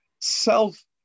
self